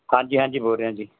ਹਾਂਜੀ ਹਾਂਜੀ ਬੋਲ ਰਿਹਾਂ ਜੀ